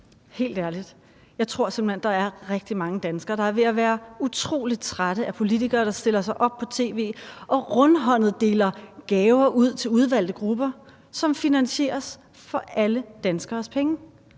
Helt ærligt: Jeg tror simpelt hen, der er rigtig mange danskere, der er ved at være utrolig trætte af politikere, der stiller sig op på tv og rundhåndet deler gaver ud til udvalgte grupper, som finansieres af alle danskeres penge.